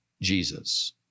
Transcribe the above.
Jesus